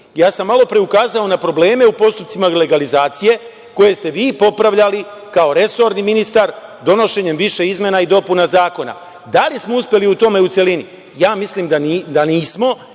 sam malopre ukazao na probleme u postupcima legalizacije koje ste vi popravljali, kao resorni ministar, donošenjem više izmena i dopuna zakona. Da li smo uspeli u tome u celini? Mislim da nismo